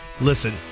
Listen